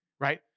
Right